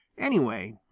anyway,